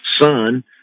son